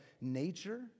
nature